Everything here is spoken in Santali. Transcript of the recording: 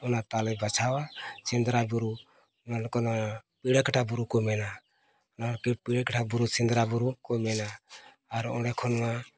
ᱚᱱᱟ ᱛᱟᱞᱮ ᱵᱟᱪᱷᱟᱣᱟ ᱥᱮᱸᱫᱽᱨᱟ ᱵᱩᱨᱩ ᱚᱱᱟᱫᱚ ᱯᱤᱲᱟᱹᱠᱟᱴᱷᱟ ᱵᱩᱨᱩ ᱠᱚ ᱢᱮᱱᱟ ᱚᱱᱟ ᱯᱤᱲᱟᱹᱠᱟᱴᱟ ᱵᱩᱨᱩ ᱥᱮᱸᱫᱽᱨᱟ ᱵᱩᱨᱩ ᱠᱚ ᱢᱮᱱᱟ ᱟᱨ ᱚᱸᱰᱮᱠᱷᱚᱱᱼᱢᱟ